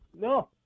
No